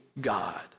God